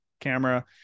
camera